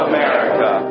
America